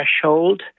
threshold